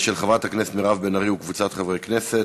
הצעת חוק חסינות חברי הכנסת,